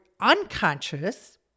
unconscious